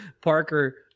Parker